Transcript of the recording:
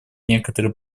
некоторые